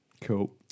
cool